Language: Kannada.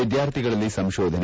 ವಿದ್ಯಾರ್ಥಿಗಳಲ್ಲಿ ಸಂತೋಧನೆ